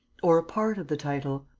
or a part of the title?